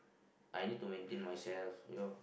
I need to maintain myself you know